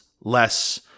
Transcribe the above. less